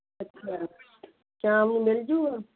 ਅੱਛਾ ਸ਼ਾਮ ਨੂੰ ਮਿਲਜੂਗਾ